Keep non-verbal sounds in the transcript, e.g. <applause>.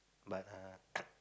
but err <coughs>